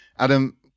Adam